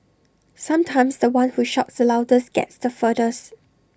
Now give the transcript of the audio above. sometimes The One who shouts the loudest gets the furthest